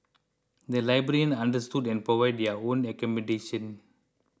the librarians understood and provided their own accommodation